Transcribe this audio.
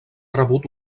rebut